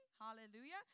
hallelujah